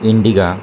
Indica